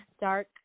dark